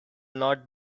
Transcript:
not